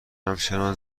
همچنان